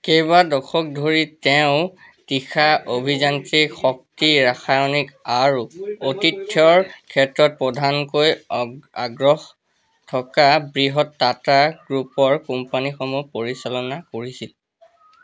কেইবা দশক ধৰি তেওঁ তীখা অভিযান্ত্ৰিক শক্তি ৰাসায়নিক আৰু আতিথ্যৰ ক্ষেত্ৰত প্ৰধানকৈ অ আগ্ৰহ থকা বৃহৎ টাটা গ্ৰুপৰ কোম্পানীসমূহ পৰিচালনা কৰিছিল